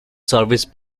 service